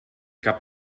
cap